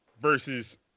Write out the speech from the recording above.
versus